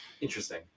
interesting